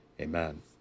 Amen